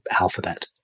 alphabet